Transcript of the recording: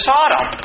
Sodom